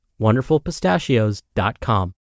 wonderfulpistachios.com